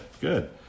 good